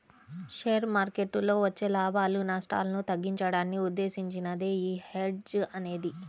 share మార్కెట్టులో వచ్చే లాభాలు, నష్టాలను తగ్గించడానికి ఉద్దేశించినదే యీ హెడ్జ్ అనేది